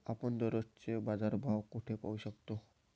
आपण दररोजचे बाजारभाव कोठे पाहू शकतो?